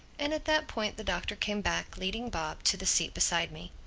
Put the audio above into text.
and at that point the doctor came back, leading bob, to the seat beside me.